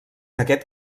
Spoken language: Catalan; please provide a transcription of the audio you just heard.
aquest